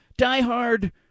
diehard